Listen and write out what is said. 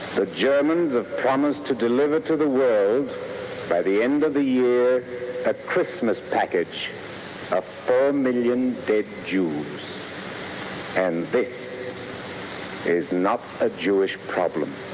the germans have promised to deliver to the world by the end of the year a christmas package a four million dead jews and this is not a jewish problem